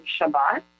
Shabbat